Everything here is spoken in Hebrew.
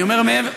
אני אומר מעבר,